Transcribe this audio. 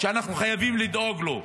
שאנחנו חייבים לדאוג לו.